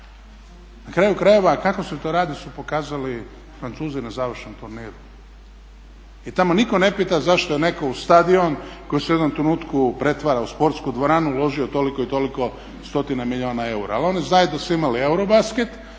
Na kraju krajeva kako se to radi su pokazali Francuzi na završnom turniru. Tamo nitko ne pita zašto je netko u stadion koji se u jednom trenutku pretvara u sportsku dvoranu uložio toliko i toliko stotina milijuna eura. Ali oni znaju da su imali EUROBASKET,